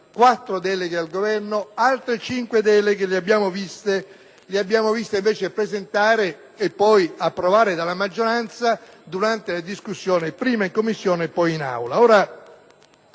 quattro deleghe al Governo; altre cinque deleghe sono contenute in emendamenti presentati ed approvati dalla maggioranza durante la discussione prima in Commissione e poi in Aula.